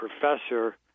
professor